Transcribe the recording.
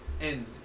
end